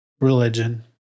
religion